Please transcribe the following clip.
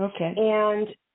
Okay